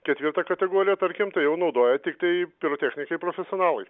ketvirta kategorija tarkim tai jau naudoja tiktai pirotechnikai profesionalai